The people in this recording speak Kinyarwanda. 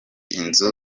inzu